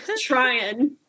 trying